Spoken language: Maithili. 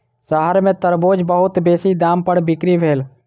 शहर में तरबूज बहुत बेसी दाम पर बिक्री भेल